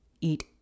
eat